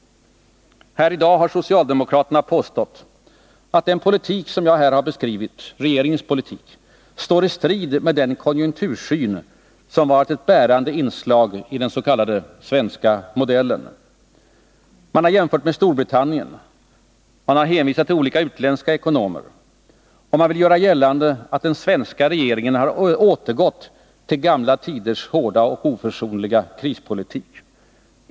Socialdemokraterna har i dag påstått att regeringens politik står i strid med den konjunktursyn som har varit ett bärande inslag in den s.k. svenska modellen. De har jämfört med Storbritannien. De har hänvisat till olika utländska ekonomer. Och de vill göra gällande att den svenska regeringen har återgått till gamla tiders hårda och oförsonliga krispolitik.